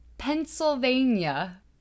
pennsylvania